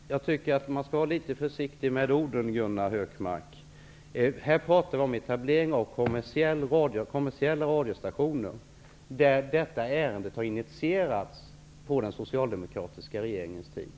Herr talman! Jag tycker att man skall vara litet försiktig med orden, Gunnar Hökmark. Här talas om etablering av kommersiella radiostationer, och detta ärende har initierats under den socialdemokratiska regeringens tid.